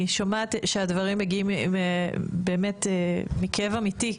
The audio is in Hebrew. אני שומעת שהדברים מגיעים מכאב אמיתי,